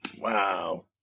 Wow